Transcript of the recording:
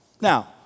Now